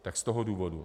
Tak z toho důvodu.